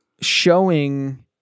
showing